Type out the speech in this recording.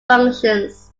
functions